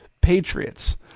Patriots